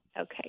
Okay